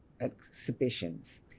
exhibitions